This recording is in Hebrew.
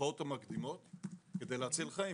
התופעות המקדימות כדי להציל חיים.